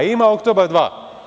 Ima Oktobar dva.